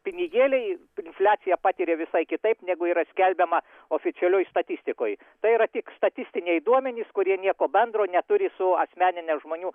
pinigėliai infliaciją patiria visai kitaip negu yra skelbiama oficialioj statistikoj tai yra tik statistiniai duomenys kurie nieko bendro neturi su asmenine žmonių